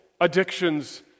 addictions